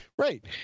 Right